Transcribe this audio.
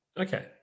Okay